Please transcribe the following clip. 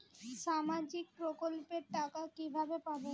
সামাজিক প্রকল্পের টাকা কিভাবে পাব?